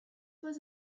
was